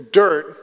dirt